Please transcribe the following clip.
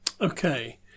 Okay